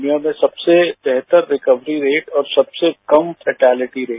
दुनिया में सबसे बेहतर रिकवरी रेट और सबसे कम फैटेलिटी रेट